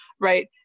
right